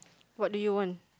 what do you want